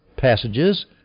Passages